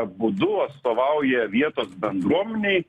būdu atstovauja vietos bendruomenei